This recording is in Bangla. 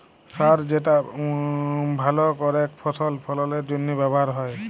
সার যেটা ভাল করেক ফসল ফললের জনহে ব্যবহার হ্যয়